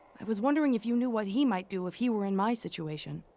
i was wondering if you knew what he might do if he were in my situation.